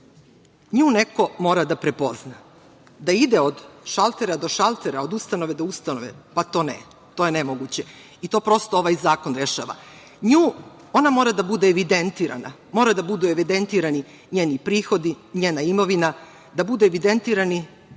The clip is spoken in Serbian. Nju neko mora da prepozna, da ide od šaltera do šaltera, od ustanove do ustanove, pa to je nemoguće. To ovaj zakon rešava. Ona mora da bude evidentirana, moraju da budu evidentirani njeni prihodi, njena imovina, da budu evidentirani